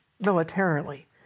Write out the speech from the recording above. militarily